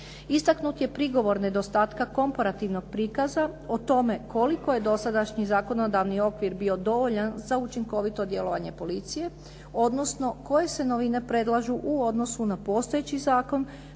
Istaknut je prigovor nedostatka komparativnog prikaza o tome koliko je dosadašnji zakonodavni okvir bio dovoljan za učinkovito djelovanje policije, odnosno koje se novine predlažu u odnosu na postojeći zakon